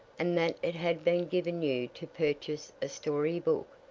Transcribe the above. and that it had been given you to purchase a story book.